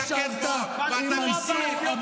אתה משקר פה ואתה מסית.